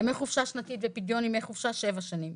ימי חופשה שנתית ופדיון ימי חופשה שבע שנים,